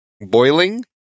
boiling